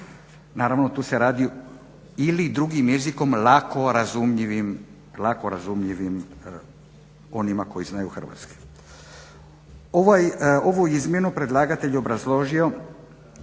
Naravno, tu se radi ili drugim jezikom lako razumljivim onima koji znaju hrvatski. Ovu izmjenu predlagatelj je obrazložio,